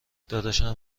داداشم